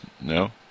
No